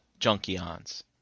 junkions